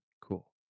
Cool